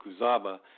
Kuzaba